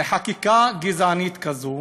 לחקיקה גזענית כזו,